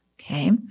Okay